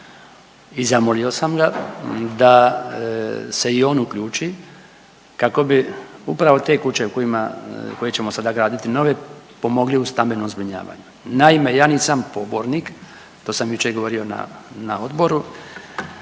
i zamolio sam ga da se i kako bi upravo te kuće koje ćemo sad graditi nove pomogli u stambenom zbrinjavanju. Naime, ja nisam pobornik, to sam jučer govorio na odboru,